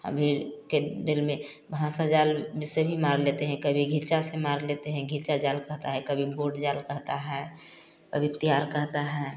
अभी के दिल में भांसा जाल से भी मार लेतें हैं कभी घिचा से मार लेतें हैं घिचा जाल कहता हैं कभी भोट जाल कहता हैं कभी तैयार कहता हैं